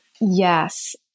Yes